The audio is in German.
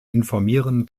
informieren